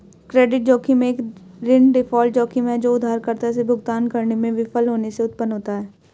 credit जोखिम एक ऋण डिफ़ॉल्ट जोखिम है जो उधारकर्ता से भुगतान करने में विफल होने से उत्पन्न होता है